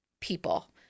people